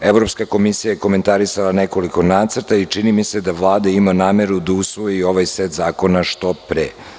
Evropska komisija je komentarisala nekoliko nacrta i čini mi se da Vlada ima nameru da usvoji ovaj set zakona što pre.